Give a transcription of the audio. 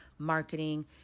marketing